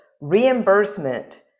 reimbursement